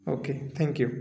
okay thank you